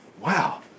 Wow